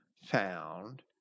found